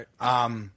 Right